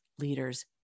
leaders